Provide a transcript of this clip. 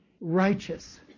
righteous